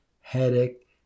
headache